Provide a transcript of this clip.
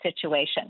situation